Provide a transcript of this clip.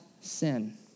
sin